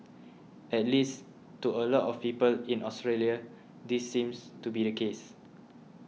at least to a lot of people in Australia this seems to be the case